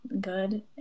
good